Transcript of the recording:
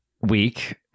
week